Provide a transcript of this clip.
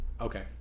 okay